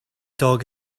dog